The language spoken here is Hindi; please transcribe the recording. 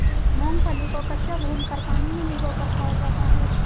मूंगफली को कच्चा, भूनकर, पानी में भिगोकर खाया जाता है